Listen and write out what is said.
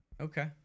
Okay